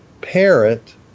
parent